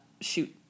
shoot